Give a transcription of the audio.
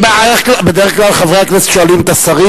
בדרך כלל חברי הכנסת שואלים את השרים,